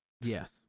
Yes